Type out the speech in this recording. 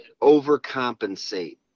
overcompensate